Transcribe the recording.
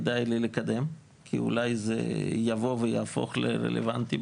כדאי לי לקדם כי אולי זה יבוא ויהפוך לרלוונטי,